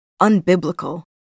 unbiblical